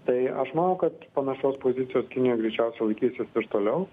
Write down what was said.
tai aš manau kad panašios pozicijos kinija greičiausiai laikysis ir toliau